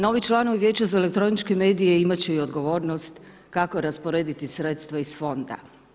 Novi članovi Vijeća za elektroničke medije imati će i odgovornost kako rasporediti sredstva iz fonda.